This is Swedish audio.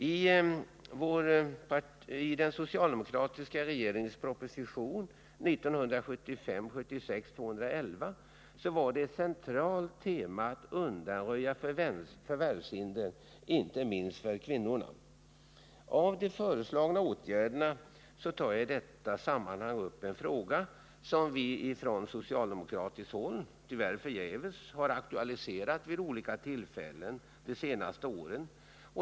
I den socialdemokratiska regeringens proposition 1975/76:211 var det ett centralt tema att undanröja förvärvshinder inte minst för kvinnorna. Av de föreslagna åtgärderna tar jag i detta sammanhang upp en fråga som vi från socialdemokratiskt håll — tyvärr förgäves — har aktualiserat vid olika tillfällen de senaste åren.